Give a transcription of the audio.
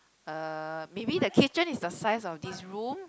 uh maybe the kitchen is the size of this room